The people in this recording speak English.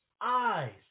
Eyes